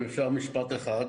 אם אפשר, משפט אחד.